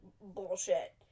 bullshit